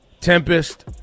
Tempest